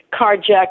carjacked